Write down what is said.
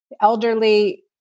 Elderly